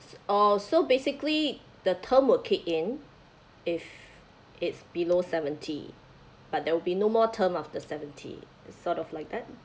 oh so basically the term will kick in if it's below seventy but there will be no more term after seventy sort of like that